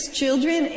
children